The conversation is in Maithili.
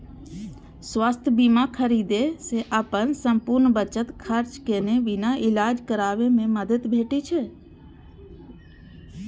स्वास्थ्य बीमा खरीदै सं अपन संपूर्ण बचत खर्च केने बिना इलाज कराबै मे मदति भेटै छै